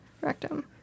rectum